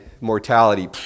mortality